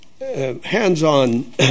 hands-on